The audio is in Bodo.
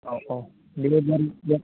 औ औ बिदिब्ला जागोन दे